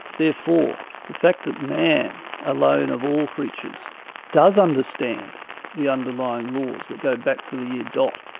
therefore the fact that man alone of all creatures does understand the underlying laws that go back to the year dot,